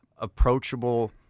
approachable